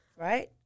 right